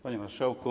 Panie Marszałku!